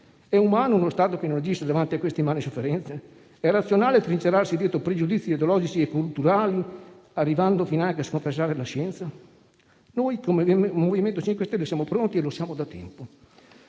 È umano uno Stato che non agisce davanti a queste immani sofferenze? È razionale trincerarsi dietro pregiudizi ideologici e culturali, arrivando finanche a sconfessare la scienza? Noi, come Movimento 5 Stelle, siamo pronti e lo siamo da tempo.